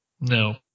No